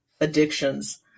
addictions